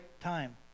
time